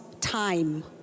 time